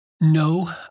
No